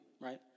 right